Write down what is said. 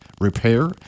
Repair